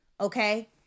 Okay